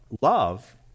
love